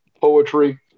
poetry